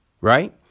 right